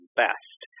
best